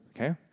Okay